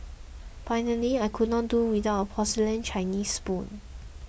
finally I could not do without a porcelain Chinese spoon